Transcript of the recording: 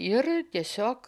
ir tiesiog